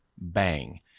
bang